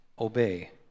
obey